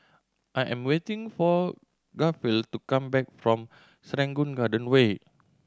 I am waiting for Garfield to come back from Serangoon Garden Way